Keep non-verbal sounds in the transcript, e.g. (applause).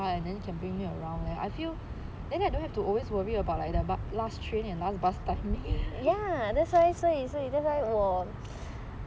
it if my friends have car and then you can bring me around leh I feel then I don't have to always worry about like the last train and last bus timing eh (laughs)